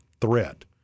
threat